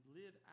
live